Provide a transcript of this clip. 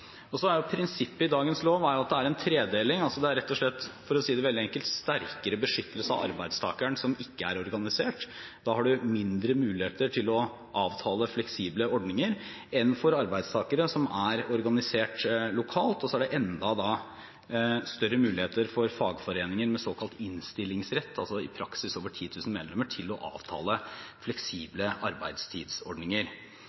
Prinsippet i dagens lov er at det er en tredeling. Det er rett og slett, for å si det veldig enkelt, sterkere beskyttelse av arbeidstakere som ikke er organisert. Da har man mindre muligheter til å avtale fleksible ordninger enn for arbeidstakere som er organisert lokalt, og det er enda større muligheter for fagforeninger med såkalt innstillingsrett – altså i praksis med over 10 000 medlemmer – til å avtale